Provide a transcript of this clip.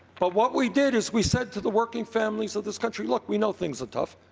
but, what we did is we said to the working families of this country, look, we know things are tough,